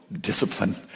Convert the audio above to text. discipline